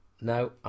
No